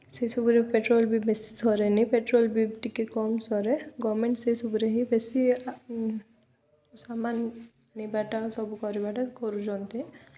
ସେସବୁରେ ପେଟ୍ରୋଲ୍ ବି ବେଶି ସରେନି ପେଟ୍ରୋଲ୍ ବି ଟିକିଏ କମ୍ ସରେ ଗଭର୍ଣ୍ଣମେଣ୍ଟ୍ ସେସବୁରେ ହିଁ ବେଶି ସାମାନ୍ ନେବାଟା ସବୁ କରିବାଟା କରୁଛନ୍ତି